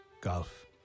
golf